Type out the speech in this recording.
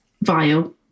vile